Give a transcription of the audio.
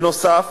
בנוסף,